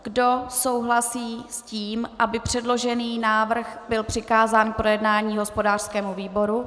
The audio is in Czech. Kdo souhlasí s tím, aby předložený návrh byl přikázán k projednání hospodářskému výboru?